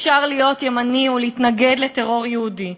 אפשר להיות ימני ולהתנגד לטרור יהודי,